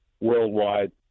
worldwide